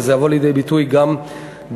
וזה יבוא לידי ביטוי גם במשאבים.